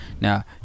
Now